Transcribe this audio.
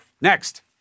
Next